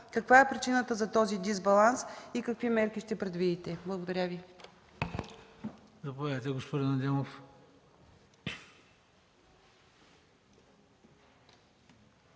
Каква е причината за този дисбаланс и какви мерки ще предвидите? Благодаря Ви.